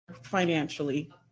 Financially